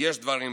שיש דברים בגו.